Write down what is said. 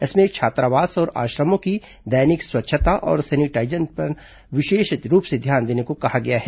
इसमें छात्रावास और आश्रमों की दैनिक स्वच्छता और सैनिटाईजेशन पर विशेष रूप से ध्यान देने को कहा गया है